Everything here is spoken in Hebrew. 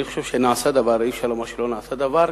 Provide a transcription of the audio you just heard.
אני חושב שנעשה דבר, אי-אפשר לומר שלא נעשה דבר.